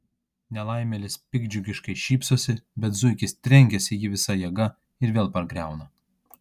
nelaimėlis piktdžiugiškai šypsosi bet zuikis trenkiasi į jį visa jėga ir vėl pargriauna